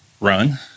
run